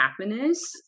happiness